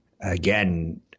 Again